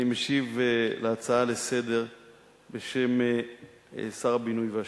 אני משיב על ההצעה לסדר-היום בשם שר הבינוי והשיכון.